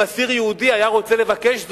אם אסיר יהודי היה רוצה לבקש זאת,